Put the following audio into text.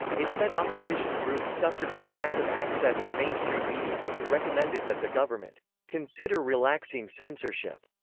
it said opposition groups suffered from lack of access to mainstream media, and recommended that the government consider relaxing censorship.